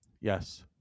Yes